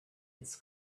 its